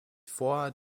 vor